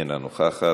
אינה נוכחת,